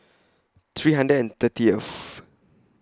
three hundred and thirtieth